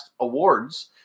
Awards